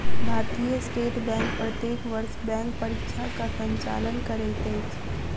भारतीय state bank प्रत्येक वर्ष बैंक परीक्षाक संचालन करैत अछि